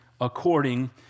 according